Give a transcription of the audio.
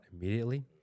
immediately